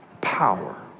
Power